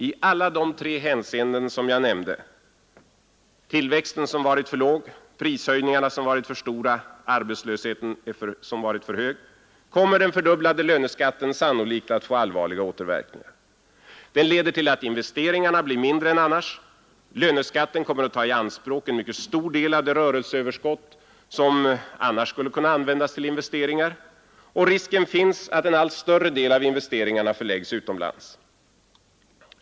I alla de tre avseenden som jag nämnde — tillväxten som varit för låg, prishöjningarna som varit för stora och arbetslösheten som varit för hög — får den fördubblade löneskatten sannolikt allvarliga återverkningar. Den leder till att investeringarna blir mindre än annars. Löneskatten kommer att ta i anspråk en mycket stor del av det rörelseöverskott som annars skulle kunna användas till investeringar. Och risken finns att en allt större del av investeringarna förläggs utomlands.